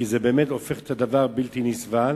כי זה הופך את הדבר לבלתי נסבל,